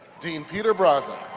peter braza,